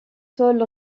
sol